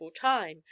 time